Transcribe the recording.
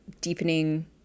deepening